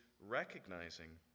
recognizing